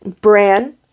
Bran